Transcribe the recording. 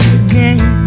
again